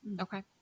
Okay